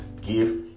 give